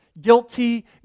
guilty